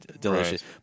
delicious